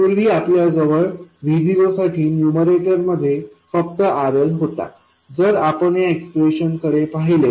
तर पूर्वी आपल्याजवळ VO साठी न्यूमरेटर मध्ये फक्त RL होता जर आपण या एक्सप्रेशनकडे पाहिले